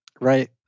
right